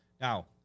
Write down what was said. Now